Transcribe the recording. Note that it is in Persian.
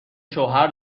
شوهر